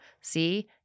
see